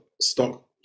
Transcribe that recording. stock